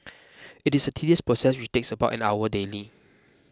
it is a tedious process which takes about an hour daily